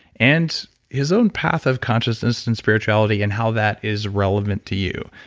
and his own path of consciousness and spirituality and how that is relevant to you.